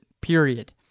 period